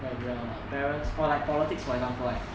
like the parents or like politics for example right